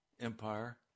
Empire